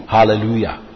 Hallelujah